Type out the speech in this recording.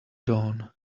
dawn